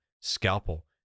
scalpel